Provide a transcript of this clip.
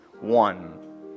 one